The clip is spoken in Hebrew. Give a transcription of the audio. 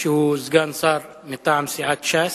שהוא סגן שר מטעם סיעת ש"ס,